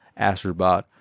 Astrobot